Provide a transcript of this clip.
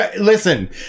listen